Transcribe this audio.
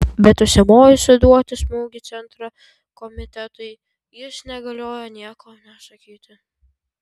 bet užsimojus suduoti smūgį centro komitetui jis negalėjo nieko nesakyti